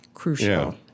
crucial